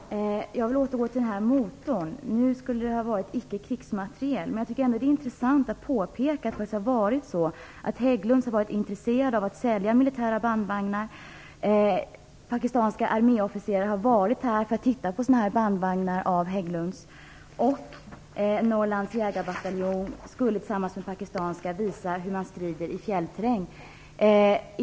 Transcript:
Herr talman! Jag vill återgå till det här med motorn. Nu skulle det ha varit fråga om ickekrigsmateriel. Jag tycker att det är intressant att påpeka att Hägglunds måste ha varit intressat av att sälja militära bandvagnar. Pakistanska arméofficerare har varit här för att titta på Hägglunds bandvagnar. Norrlands jägarbataljon skulle tillsammans med pakistanska jägare visa hur man strider i fjällterräng.